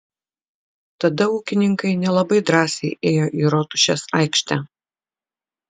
tada ūkininkai nelabai drąsiai ėjo į rotušės aikštę